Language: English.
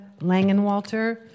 Langenwalter